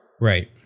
Right